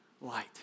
light